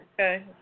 Okay